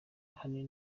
ahanini